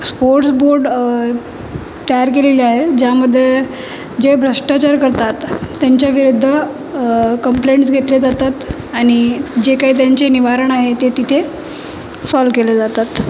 sports board तयार केलेले आहे ज्यामध्ये जे भ्रष्टाचार करतात त्यांच्याविरुद्ध कम्प्लेंट्स घेतल्या जातात आणि जे काही त्यांचे निवारण आहे ते तिथे सॉल्व केले जातात